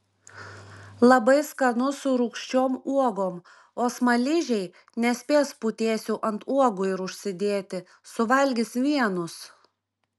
labai skanu su rūgščiom uogom o smaližiai nespės putėsių ant uogų ir užsidėti suvalgys vienus